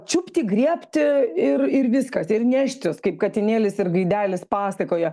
čiupti griebti ir ir viskas ir neštis kaip katinėlis ir gaidelis pasakoje